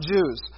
Jews